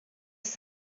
cinq